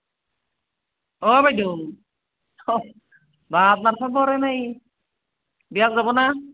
অঁ বাইদেউ বা আপোনাৰ খবৰেই নাই বিয়াক যাব না